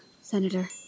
Senator